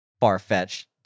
far-fetched